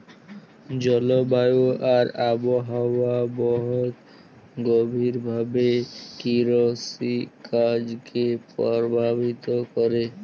জলবায়ু আর আবহাওয়া বহুত গভীর ভাবে কিরসিকাজকে পরভাবিত ক্যরে